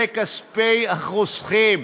אלה כספי החוסכים.